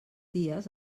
dies